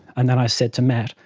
and then i said to matt,